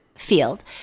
Field